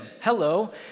Hello